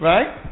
Right